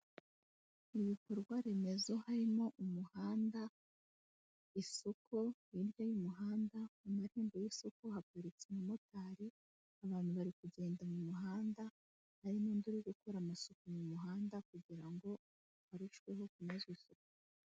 Ibikorwa remezo harimo umuhanda, isoko hirya y'umuhanda, mu marembo y'isoko haparitse umumotari, abantu bari kugenda mu muhanda, hari n'undi uri gukora amasuku mu muhanda, kugira ngo arusheho kunoza isuku.